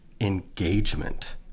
engagement